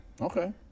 Okay